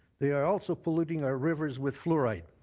they are also polluting our rivers with fluoride.